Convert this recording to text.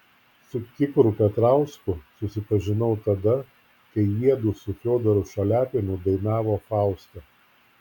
su kipru petrausku susipažinau tada kai jiedu su fiodoru šaliapinu dainavo fauste